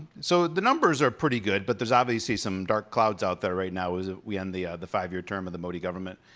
so the numbers are pretty good, but there's obviously some dark clouds out there right now as we end the the five year term of the modi government.